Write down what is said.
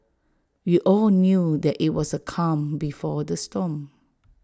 we all knew that IT was A calm before the storm